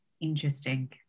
interesting